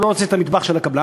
הוא לא רוצה את המטבח של הקבלן,